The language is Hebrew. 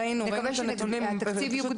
ראינו --- זה טוב,